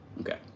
Okay